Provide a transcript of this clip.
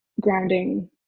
grounding